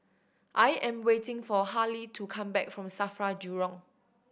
I am waiting for Haley to come back from SAFRA Jurong